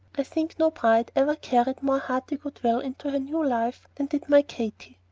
i think no bride ever carried more hearty good-will into her new life than did my katy.